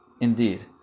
indeed